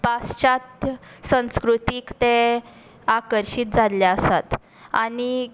पाश्चात्य संस्कृतीक ते आकर्शीत जाल्ले आसात आनी